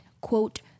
quote